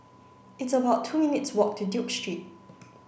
it's about two minutes' walk to Duke Street